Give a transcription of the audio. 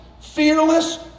fearless